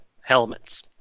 helmets